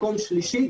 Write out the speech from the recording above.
מקום שלישי.